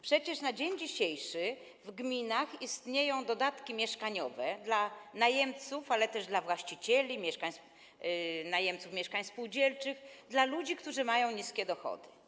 Przecież na dzień dzisiejszy w gminach istnieją dodatki mieszkaniowe dla najemców, ale też dla właścicieli, najemców mieszkań spółdzielczych, dla ludzi, którzy mają niskie dochody.